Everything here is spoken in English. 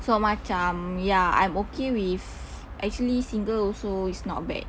so macam ya I'm okay with actually single also is not bad